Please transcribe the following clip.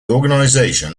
organization